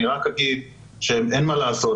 אני רק אגיד שאין מה לעשות,